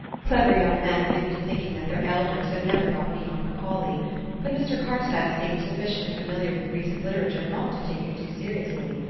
clever young men are given to thinking that their elders have never got beyond macaulay but mr. carstyle seemed sufficiently familiar with recent literature not to take it too seriously.